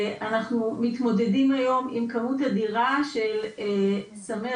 אנחנו מתמודדים היום עם כמות אדירה של סמי